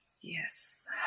Yes